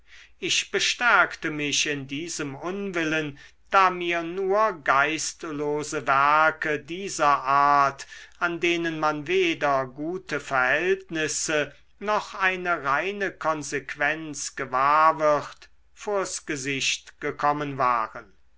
ich bestärkte mich in diesem unwillen da mir nur geistlose werke dieser art an denen man weder gute verhältnisse noch eine reine konsequenz gewahr wird vors gesicht gekommen waren